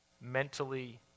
mentally